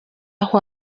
aho